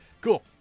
Cool